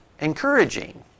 encouraging